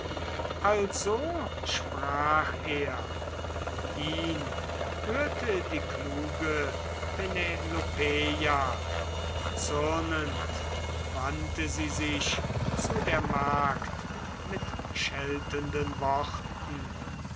also sprach er ihn hörte die kluge penelopeia zürnend wandte sie sich zu der magd mit scheltenden worten